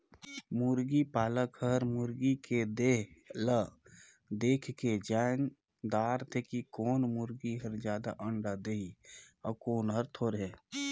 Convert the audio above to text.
मुरगी पालक हर मुरगी के देह ल देखके जायन दारथे कि कोन मुरगी हर जादा अंडा देहि अउ कोन हर थोरहें